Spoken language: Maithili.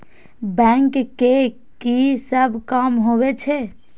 बैंक के की सब काम होवे छे?